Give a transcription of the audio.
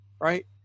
right